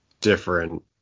different